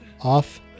off